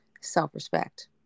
self-respect